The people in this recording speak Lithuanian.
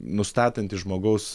nustatanti žmogaus